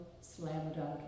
slam-dunk